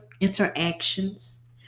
interactions